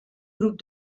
grup